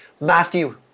Matthew